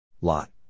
Lot